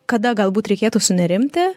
kada galbūt reikėtų sunerimti